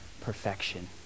perfection